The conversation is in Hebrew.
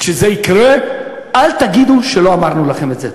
כשזה יקרה, אל תגידו שלא אמרנו לכם את זה.